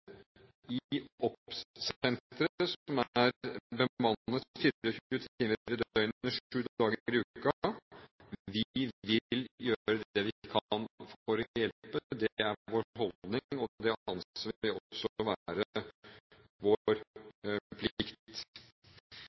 som er bemannet 24 timer i døgnet, 7 dager i uken – vil gjøre det vi kan for å hjelpe. Det er vår holdning, og det anser vi også for å være vår plikt.